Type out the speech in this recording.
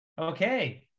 Okay